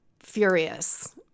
furious